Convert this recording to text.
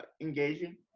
engaging